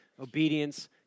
obedience